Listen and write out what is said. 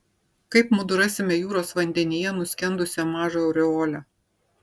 kaip mudu rasime jūros vandenyje nuskendusią mažą aureolę